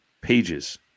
pages